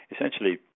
essentially